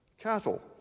cattle